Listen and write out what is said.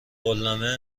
قولنامه